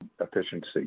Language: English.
efficiency